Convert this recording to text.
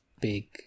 big